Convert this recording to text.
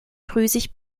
drüsig